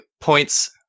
points